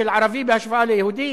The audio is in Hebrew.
של ערבי בהשוואה ליהודי,